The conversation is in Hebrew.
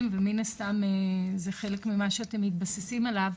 ומן הסתם זה חלק ממה שאתם מתבססים עליו,